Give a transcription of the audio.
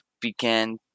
began